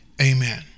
amen